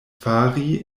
fari